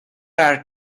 are